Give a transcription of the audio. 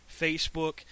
Facebook